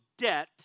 debt